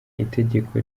itegeko